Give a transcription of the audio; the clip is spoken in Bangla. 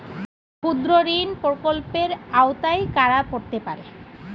ক্ষুদ্রঋণ প্রকল্পের আওতায় কারা পড়তে পারে?